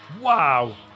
Wow